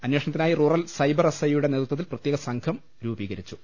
അന്വേഷണത്തിനായി rural cyber S I യുടെ നേതൃത്വത്തിൽ പ്രത്യേകസംഘം രൂപീകരിച്ചു